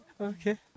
Okay